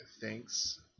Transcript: thanks